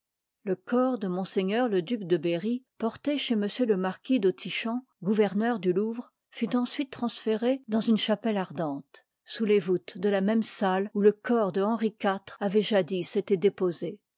le corps de m le duc de berry porté chez m le marquis d'auti ip fabt ceâlmp gouverneur du louvre fut ensuite îiv u transféré dans une chapelle ardente sous les voûtes de la même salle où le corps de henri iv avoit jadis été dépose